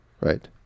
Right